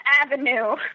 avenue